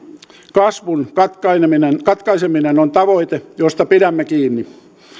kasvun katkaiseminen katkaiseminen on tavoite josta pidämme kiinni